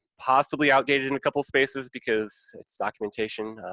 possibly outdated in a couple of spaces, because it's documentation,